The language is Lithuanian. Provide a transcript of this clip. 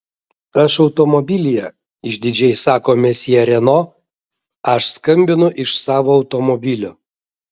aš automobilyje išdidžiai sako mesjė reno aš skambinu iš savo automobilio